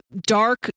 Dark